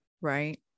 Right